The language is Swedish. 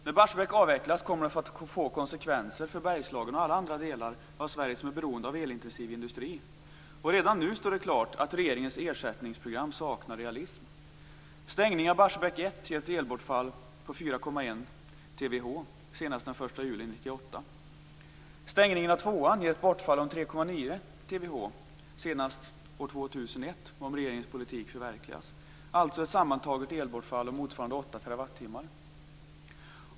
När Barsebäck avvecklas kommer det att få konsekvenser för Bergslagen och för alla andra delar av Sverige som är beroende av elintensiv industri. Redan nu står det klart att regeringens ersättningsprogram saknar realism. Stängning av Barsebäck 1 ger ett elbortfall på 4,1 TWh senast den 1 juli 1998. Stängningen av Barsebäck 2 ger ett bortfall på 3,9 TWh senast år 2001, om regeringens politik förverkligas. Alltså blir det ett sammantaget elbortfall motsvarande 8 TWh.